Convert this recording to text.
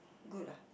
good ah